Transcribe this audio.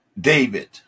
David